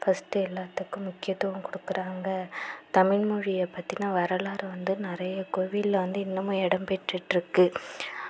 first எல்லாத்துக்கும் முக்கியத்துவம் கொடுக்குறாங்க தமிழ் மொழியை பற்றின வரலாறு வந்து நிறைய கோவிலில் வந்து இன்னமும் இடம் பெற்றிட்யிருக்கு